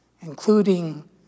including